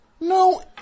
no